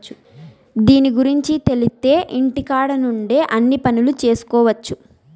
దీని గురుంచి తెలిత్తే ఇంటికాడ నుండే అన్ని పనులు చేసుకొవచ్చు